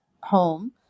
home